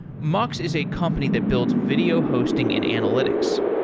mux is a company that builds video hosting and analytics.